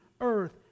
earth